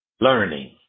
Learning